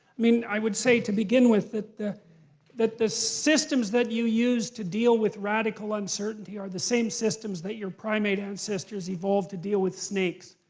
mean, i would say, to begin with, that the that the systems that you use to deal with radical uncertainty are the same systems that your primate ancestors evolved to deal with snakes.